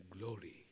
glory